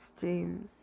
James